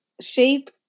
Shape